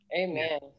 amen